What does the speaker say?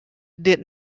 did